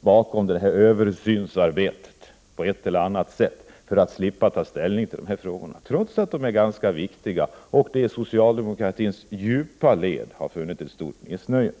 bakom det här översynsarbetet på ett eller annat sätt för att slippa ta ställning i dessa frågor, trots att de är ganska viktiga och att det i socialdemokratins djupa led funnits ett starkt missnöje.